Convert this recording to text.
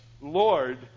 Lord